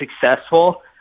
successful